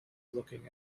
looking